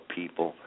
people